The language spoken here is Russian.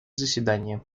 заседание